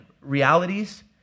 realities